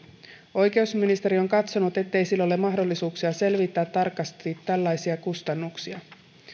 oikeusministeriö on katsonut ettei sillä ole mahdollisuuksia selvittää tarkasti tällaisia kustannuksia